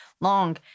long